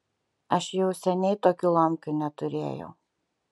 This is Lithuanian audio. aš jau seniai tokių lomkių neturėjau